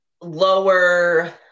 lower